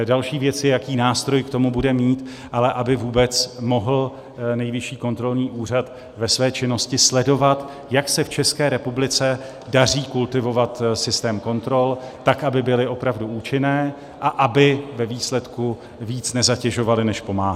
Další věcí je, jaký nástroj k tomu bude mít, ale aby vůbec mohl Nejvyšší kontrolní úřad ve své činnosti sledovat, jak se v České republice daří kultivovat systém kontrol, tak aby byly opravdu účinné a aby ve výsledku víc nezatěžovaly, než pomáhaly.